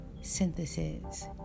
synthesis